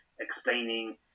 explaining